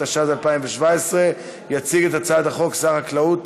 התשע"ז 2017. יציג את הצעת החוק שר החקלאות